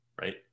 right